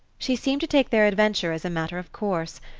she seemed to take their adventure as a matter of course,